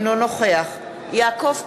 אינו נוכח יעקב פרי,